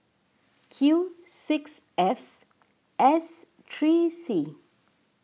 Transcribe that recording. Q six F S three C